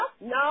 No